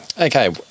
Okay